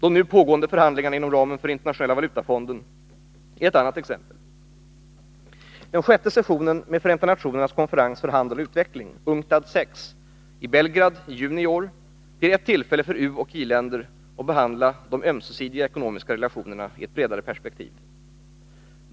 De nu pågående förhandlingarna inom ramen för Internationella valutafonden är ett annat exempel. Den sjätte sessionen med Förenta nationernas konferens för handel och utveckling, UNCTAD VI, i Belgrad i juni i år blir ett tillfälle för u-länder och i-länder att behandla de ömsesidiga ekonomiska relationerna i ett bredare perspektiv.